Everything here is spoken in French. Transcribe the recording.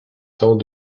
tant